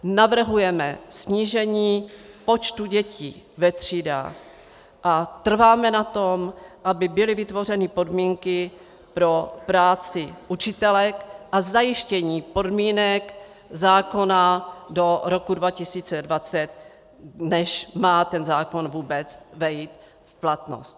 Navrhujeme snížení počtu dětí ve třídách a trváme na tom, aby byly vytvořeny podmínky pro práci učitelek a zajištění podmínek zákona do roku 2020, než má ten zákon vůbec vejít v platnost.